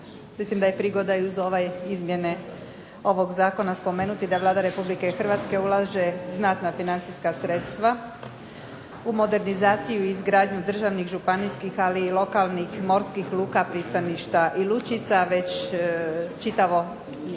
mislim da je prigoda i uz ove izmjene ovog zakona spomenuti da Vlada Republike Hrvatske ulaže znatna financijska sredstva u modernizaciju i izgradnju državnih, županijskih ali i lokalnih morskih luka, pristaništa i lučica već čitavih